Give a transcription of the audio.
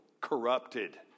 corrupted